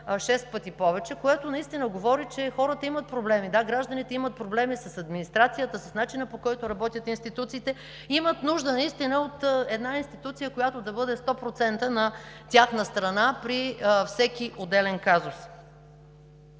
шест пъти повече, което наистина говори, че хората имат проблеми. Да, гражданите имат проблеми с администрацията, с начина, по който работят институциите, имат нужда от една институция, която да бъде сто процента на тяхна страна при всеки отделен казус.